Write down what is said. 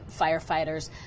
firefighters